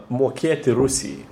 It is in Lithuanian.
mokėti rusijai